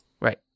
Right